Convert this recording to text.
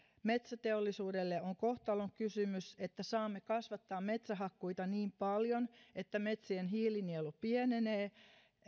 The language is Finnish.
metsäteollisuudelle on kohtalonkysymys että saamme kasvattaa metsähakkuita niin paljon että metsien hiilinielu pienenee